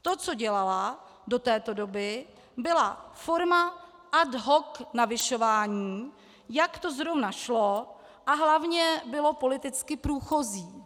To, co dělala do této doby, byla forma ad hoc navyšování, jak to zrovna šlo a hlavně bylo politicky průchozí.